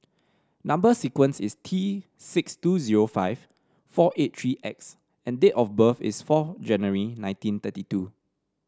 number sequence is T six two zero five four eight three X and date of birth is four January nineteen thirty two